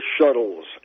shuttles